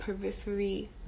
periphery